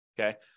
okay